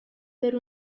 per